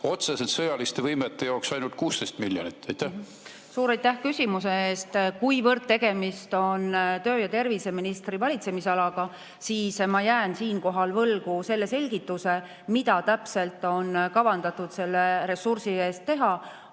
otseselt sõjaliste võimete jaoks ainult 16 miljonit. Suur aitäh küsimuse eest! Kuna tegemist on tervise- ja tööministri valitsemisalaga, siis ma jään siinkohal võlgu selgituse, mida täpselt on kavandatud selle ressursi eest teha.